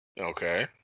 Okay